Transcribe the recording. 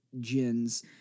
gins